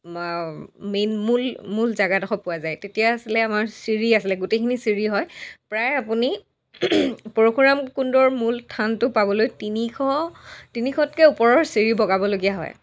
main মূল মূল জেগাডোখৰ পোৱা যায় তেতিয়া আছিলে আমাৰ চিৰি আছিলে গোটেইখিনি চিৰি হয় প্ৰায় আপুনি পৰশুৰাম কুণ্ডৰ মূল থানটো পাবলৈ তিনিশ তিনিশতকৈ ওপৰৰ চিৰি বগাবলগীয়া হয়